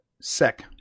Sec